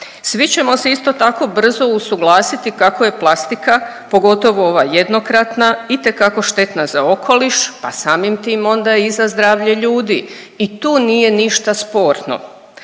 Svi ćemo se isto tako brzo usuglasiti kako je plastika, pogotovo ova jednokratna itekako štetna za okoliš, pa samim tim onda i za zdravlje ljudi i tu nije ništa sporno.